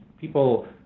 people